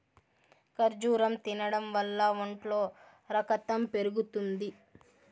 ఖర్జూరం తినడం వల్ల ఒంట్లో రకతం పెరుగుతుంది